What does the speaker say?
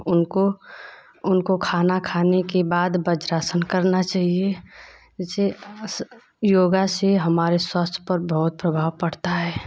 उनको उनको खाना खाने के बाद वज्रासन करना चाहिए जैसे आस योग से हमारे स्वास्थय पर बहुत प्रभाव पड़ता है